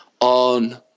on